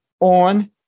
on